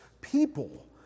people